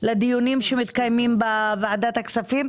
לדיונים שמתקיימים בוועדת הכספים.